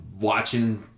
watching